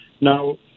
Now